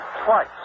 twice